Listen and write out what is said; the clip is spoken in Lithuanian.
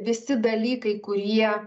visi dalykai kurie